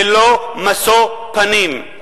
ללא משוא פנים,